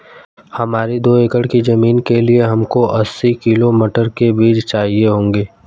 हमारी दो एकड़ की जमीन के लिए हमको अस्सी किलो मटर के बीज चाहिए होंगे